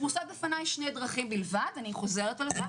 פרושות בפני שתי דרכים בלבד אני חוזרת על זה,